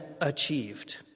achieved